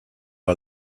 are